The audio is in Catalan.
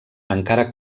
encara